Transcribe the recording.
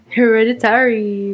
Hereditary